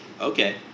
Okay